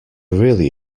really